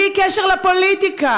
בלי קשר לפוליטיקה,